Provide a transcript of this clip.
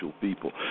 people